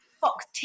Fox